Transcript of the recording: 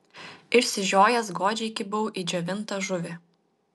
išsižiojęs godžiai kibau į džiovintą žuvį